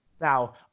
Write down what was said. Now